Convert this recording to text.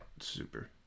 Super